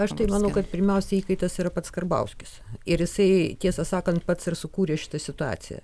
aš tai manau kad pirmiausia įkaitas yra pats karbauskis ir jisai tiesą sakant pats ir sukūrė šitą situaciją